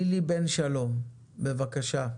לילי בן שלום, בבקשה.